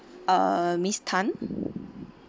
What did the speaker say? uh miss Tan